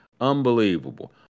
Unbelievable